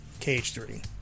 KH3